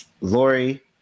Lori